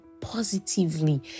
positively